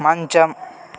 మంచం